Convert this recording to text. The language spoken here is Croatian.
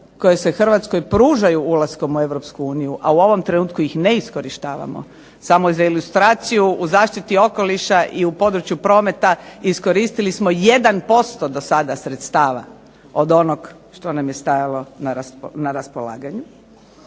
koje se Hrvatskoj pružaju ulaskom u Europsku uniju, a u ovom trenutku ih ne iskorištavamo. Samo za ilustraciju, u zaštiti okoliša i u području prometa iskoristili smo 1% do sada sredstava od onog što nam je stajalo na raspolaganju.